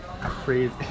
Crazy